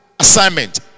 Assignment